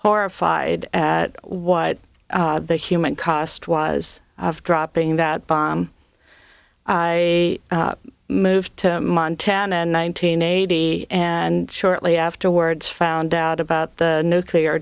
horrified at what the human cost was of dropping that bomb i moved to montana nineteen eighty and shortly afterwards found out about the nuclear